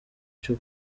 cyo